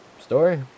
Story